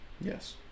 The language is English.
Yes